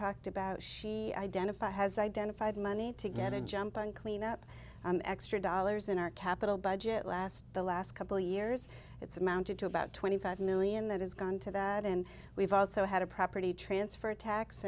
talked about she identified has identified money to get a jump on clean up an extra dollars in our capital budget last the last couple years it's amounted to about twenty five million that is going to that and we've also had a property transfer